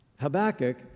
Habakkuk